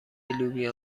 لوبیا